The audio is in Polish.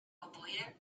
oboje